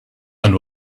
and